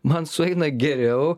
man sueina geriau